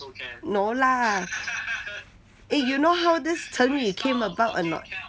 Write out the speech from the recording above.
no lah eh you know how this 成语 came about a not